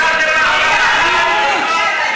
איפה ההגינות?